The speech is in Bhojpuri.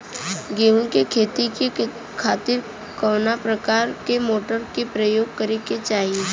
गेहूँ के खेती के खातिर कवना प्रकार के मोटर के प्रयोग करे के चाही?